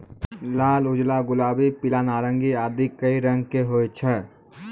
लाल, उजला, गुलाबी, पीला, नारंगी आदि कई रंग के होय छै